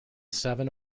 seven